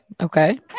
okay